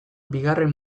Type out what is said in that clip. bigarren